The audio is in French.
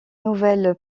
nouvelle